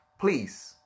Please